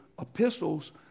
epistles